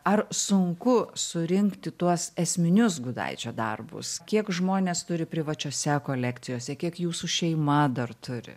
ar sunku surinkti tuos esminius gudaičio darbus kiek žmonės turi privačiose kolekcijose kiek jūsų šeima dar turi